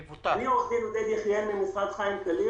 אני לא רואה איך חמש שנים יעודדו מרמה.